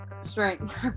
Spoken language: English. strength